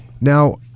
Now